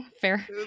Fair